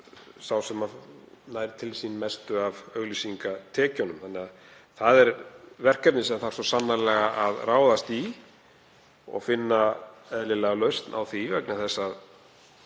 sá sem nær til sín mestu af auglýsingatekjunum. Það er verkefni sem þarf svo sannarlega að ráðast í og finna eðlilega lausn á. Ég held að